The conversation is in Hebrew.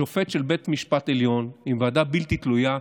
שופט של בית משפט עליון עם ועדה בלתי תלויה,